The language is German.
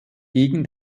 gegen